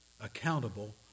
accountable